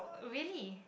really